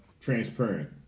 transparent